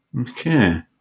okay